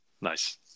Nice